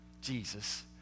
Jesus